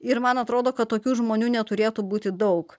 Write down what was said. ir man atrodo kad tokių žmonių neturėtų būti daug